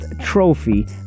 trophy